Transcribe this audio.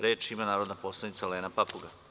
Reč ima narodna poslanica Olena Papuga.